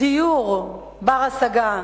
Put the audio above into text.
דיור בר-השגה,